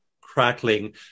crackling